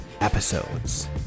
episodes